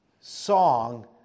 song